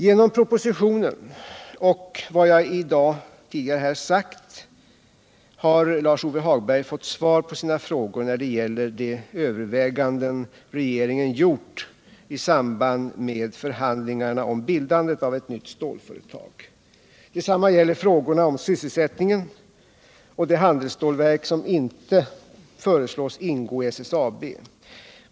Genom propositionen och vad jag tidigare i dag sagt här har Lars-Ove Hagberg fått svar på sina frågor när det gäller de överväganden regeringen gjort i samband med förhandlingarna om bildandet av ett nytt stålföretag. Detsamma gäller frågorna om sysselsättningen och de handelsstålverk som inte föreslås ingå i SSAB.